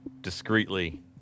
discreetly